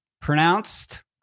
pronounced